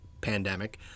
pandemic